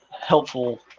helpful